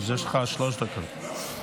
יש לך שלוש דקות.